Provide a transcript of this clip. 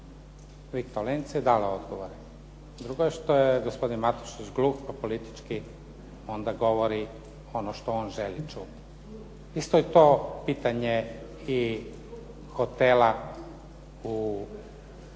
Vitor Lenca i dalo odgovore. Drugo je što je gospodin gluh pa politički onda govori ono što on želi čuti. Isto je to pitanje hotela u